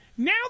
Now